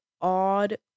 odd